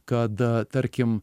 kad tarkim